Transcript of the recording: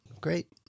great